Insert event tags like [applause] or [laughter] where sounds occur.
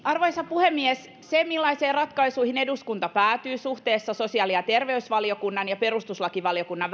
arvoisa puhemies se millaisiin ratkaisuihin eduskunta päätyy suhteessa sosiaali ja terveysvaliokunnan ja perustuslakivaliokunnan [unintelligible]